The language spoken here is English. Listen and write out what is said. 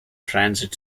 transit